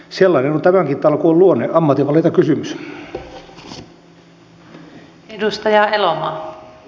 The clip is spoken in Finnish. sellainen on tämänkin talkoon luonne ammatinvalintakysymys